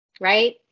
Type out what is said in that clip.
Right